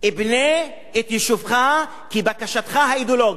בנה את יישובך כבקשתך האידיאולוגית.